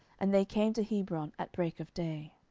and they came to hebron at break of day.